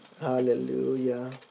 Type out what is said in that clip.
Hallelujah